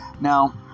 Now